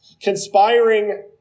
conspiring